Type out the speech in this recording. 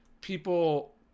people